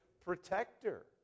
protector